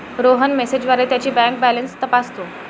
रोहन मेसेजद्वारे त्याची bank balance तपासतो